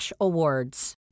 awards